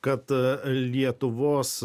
kad lietuvos